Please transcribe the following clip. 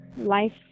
Life